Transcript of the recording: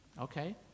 Okay